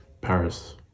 Paris